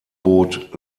boot